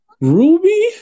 Ruby